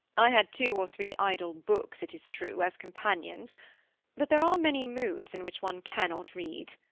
i had two or three idle books, it is true, as companions-companions but there are many moods in which one cannot read.